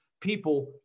people